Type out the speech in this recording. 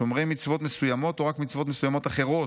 שומרי מצוות מסוימות או רק מצוות מסוימות אחרות,